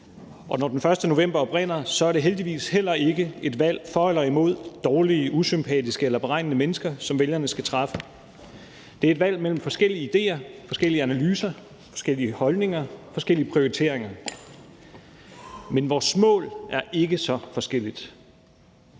Og når den 1. november oprinder, er det heldigvis heller ikke et valg for eller imod dårlige, usympatiske eller beregnende mennesker, som vælgerne skal træffe; det er et valg mellem forskellige idéer, forskellige analyser, forskellige holdninger, forskellige prioriteringer. Men vores mål er ikke så forskellige.